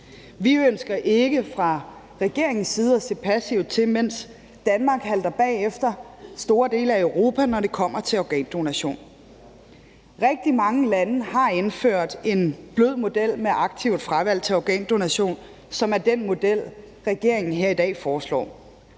Vi ønsker ikke fra regeringens side at se passivt til, mens Danmark halter bagefter store dele af Europa, når det kommer til organdonation. Rigtig mange lande har indført en blød model med aktivt fravalg til organdonation, som er den model, regeringen her i dag foreslår.